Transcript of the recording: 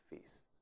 feasts